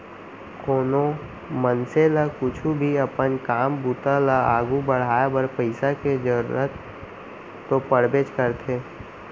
कोनो मनसे ल कुछु भी अपन काम बूता ल आघू बढ़ाय बर पइसा के जरूरत तो पड़बेच करथे